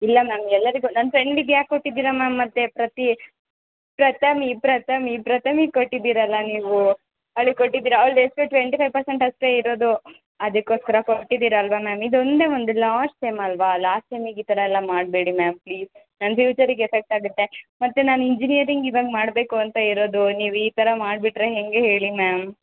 ಇಲ್ಲ ಮ್ಯಾಮ್ ಎಲ್ಲರಿಗೂ ನನ್ನ ಫ್ರೆಂಡಿಗೆ ಯಾಕೆ ಕೊಟ್ಟಿದ್ದೀರ ಮ್ಯಾಮ್ ಮತ್ತೆ ಪ್ರತಿ ಪ್ರಥಮಿ ಪ್ರಥಮಿ ಪ್ರಥಮಿಗೆ ಕೊಟ್ಟಿದ್ದೀರಲ್ಲ ನೀವು ಅವ್ಳಿಗೆ ಕೊಟ್ಟಿದ್ದೀರ ಅವ್ಳ್ದು ಎಷ್ಟು ಟ್ವೆಂಟಿ ಫೈ ಪರ್ಸೆಂಟ್ ಅಷ್ಟೇ ಇರೋದು ಅದಕ್ಕೋಸ್ಕರ ಕೊಟ್ಟಿದ್ದೀರ ಅಲ್ವಾ ಮ್ಯಾಮ್ ಇದು ಒಂದೇ ಒಂದು ಲಾಸ್ಟ್ ಸೆಮ್ ಅಲ್ವಾ ಲಾಸ್ಟ್ ಸೆಮ್ಮಿಗೆ ಈ ಥರ ಎಲ್ಲ ಮಾಡಬೇಡಿ ಮ್ಯಾಮ್ ಪ್ಲೀಸ್ ನನ್ನ ಫ್ಯೂಚರಿಗೆ ಎಫೆಕ್ಟ್ ಆಗುತ್ತೆ ಮತ್ತು ನಾನು ಇಂಜಿನಿಯರಿಂಗ್ ಇವಾಗ ಮಾಡಬೇಕು ಅಂತ ಇರೋದು ನೀವು ಈ ಥರ ಮಾಡಿಬಿಟ್ರೆ ಹೇಗೆ ಹೇಳಿ ಮ್ಯಾಮ್